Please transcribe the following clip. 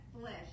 flesh